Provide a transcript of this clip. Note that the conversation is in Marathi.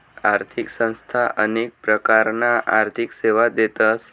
आर्थिक संस्था अनेक प्रकारना आर्थिक सेवा देतस